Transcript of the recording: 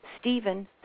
Stephen